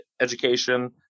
education